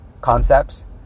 concepts